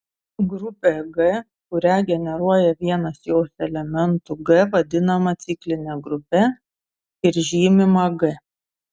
grupė g kurią generuoja vienas jos elementų g vadinama cikline grupe ir žymima g